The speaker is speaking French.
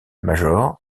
major